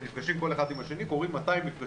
נפגשים כל אחד עם השני קורים 200 מפגשים,